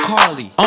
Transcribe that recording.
Carly